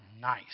nice